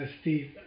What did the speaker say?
Steve